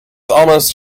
almost